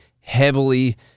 heavily